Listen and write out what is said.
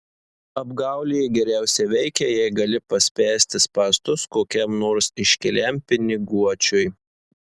apgaulė geriausiai veikia jei gali paspęsti spąstus kokiam nors iškiliam piniguočiui